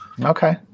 Okay